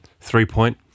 three-point